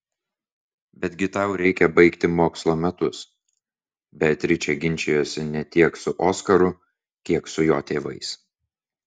betgi tau reikia baigti mokslo metus beatričė ginčijosi ne tiek su oskaru kiek su jo tėvais